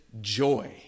joy